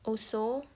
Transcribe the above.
also